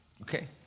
Okay